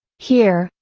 here,